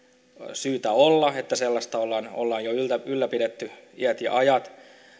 syytä olla koska sellaista ollaan ylläpidetty jo iät ja ajat